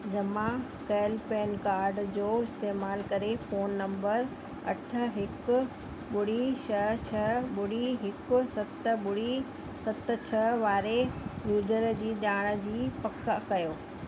जमा कयल पेनकार्ड जो इस्तेमाल करे फोन नंबर अठ हिकु ॿुड़ी छह छह ॿुड़ी हिकु सत ॿुड़ी सत छह वारे यूज़र जी ॼाण जी पक कयो